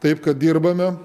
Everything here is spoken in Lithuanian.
taip kad dirbame